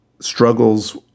struggles